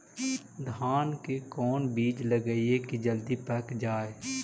धान के कोन बिज लगईयै कि जल्दी पक जाए?